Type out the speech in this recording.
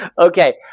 Okay